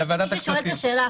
לוועדת הכספים?